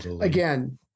again